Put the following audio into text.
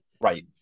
Right